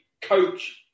coach